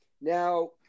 now